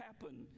happen